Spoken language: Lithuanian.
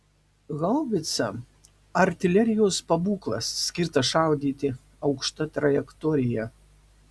haubica artilerijos pabūklas skirtas šaudyti aukšta trajektorija